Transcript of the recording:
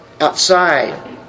outside